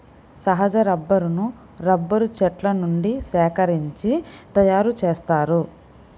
సహజ రబ్బరును రబ్బరు చెట్ల నుండి సేకరించి తయారుచేస్తారు